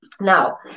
Now